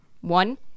one